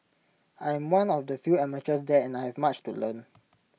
I'm one of the few amateurs there and I have much to learn